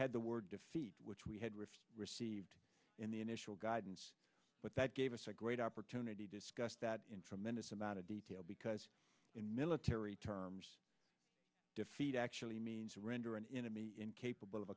had the word defeat which we had referred received in the initial guidance but that gave us a great opportunity discussed that in for minutes amount of detail because in military terms defeat actually means to render an enemy incapable of